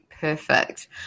Perfect